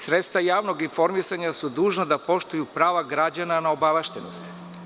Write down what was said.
Sredstva javnog informisanja su dužna da poštuju prava građana na obaveštenost.